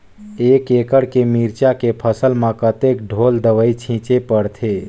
एक एकड़ के मिरचा के फसल म कतेक ढोल दवई छीचे पड़थे?